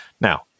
Now